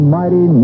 mighty